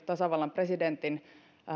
tasavallan presidentin